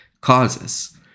causes